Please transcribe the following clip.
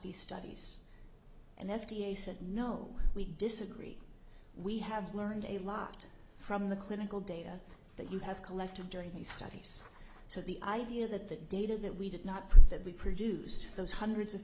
these studies and the f d a said no we disagree we have learned a lot from the clinical data that you have collected during these studies so the idea that the data that we did not prove that we produced those hundreds of